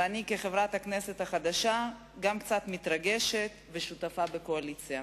ואני כחברת הכנסת החדשה גם קצת מתרגשת ושותפה בקואליציה.